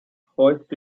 hoist